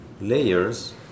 layers